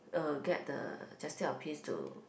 uh get the just take our piece to